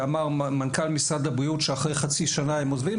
ואמר מנכ"ל משרד הבריאות שאחרי חצי שנה הם עוזבים,